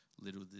Little